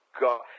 god